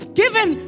given